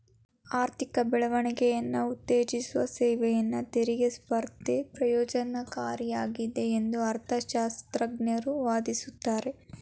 ಆರ್ಥಿಕ ಬೆಳವಣಿಗೆಯನ್ನ ಉತ್ತೇಜಿಸುವ ಸೇವೆಯನ್ನ ತೆರಿಗೆ ಸ್ಪರ್ಧೆ ಪ್ರಯೋಜ್ನಕಾರಿಯಾಗಿದೆ ಎಂದು ಅರ್ಥಶಾಸ್ತ್ರಜ್ಞರು ವಾದಿಸುತ್ತಾರೆ